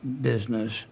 business